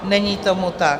Není tomu tak.